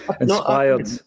Inspired